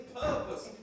purpose